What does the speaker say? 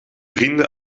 vrienden